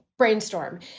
brainstorm